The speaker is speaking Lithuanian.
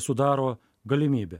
sudaro galimybė